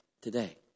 today